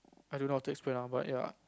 I don't how to explain ah but ya